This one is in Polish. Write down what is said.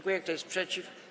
Kto jest przeciw?